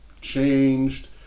changed